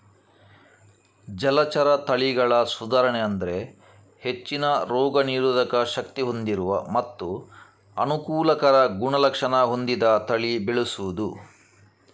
ಜಲಚರ ತಳಿಗಳ ಸುಧಾರಣೆ ಅಂದ್ರೆ ಹೆಚ್ಚಿನ ರೋಗ ನಿರೋಧಕ ಶಕ್ತಿ ಹೊಂದಿರುವ ಮತ್ತೆ ಅನುಕೂಲಕರ ಗುಣಲಕ್ಷಣ ಹೊಂದಿದ ತಳಿ ಬೆಳೆಸುದು